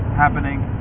happening